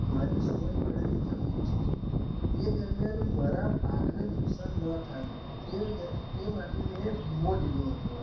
મારી સો એકડની જમીન છે તે દરમિયાન મારા પાકને નુકસાન ન થાય તે તે માટે મેં વીમો લીધો હતો